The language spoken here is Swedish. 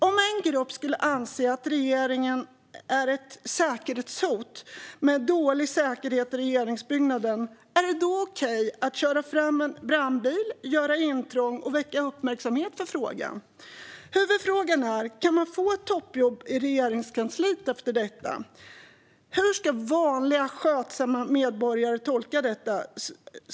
Om en grupp skulle anse att regeringen är ett säkerhetshot med dålig säkerhet i regeringsbyggnaden, är det då okej att köra fram en brandbil, göra intrång och väcka uppmärksamhet för frågan? Huvudfrågan är: Kan man få ett toppjobb i Regeringskansliet efter detta? Hur ska vanliga skötsamma medborgare tolka detta?